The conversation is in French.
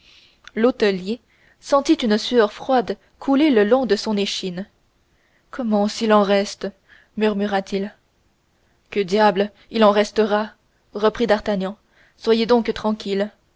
l'hôtelier sentit une sueur froide couler le long de son échine comment s'il en reste murmura-t-il que diable il en restera reprit d'artagnan soyez donc tranquille